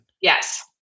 yes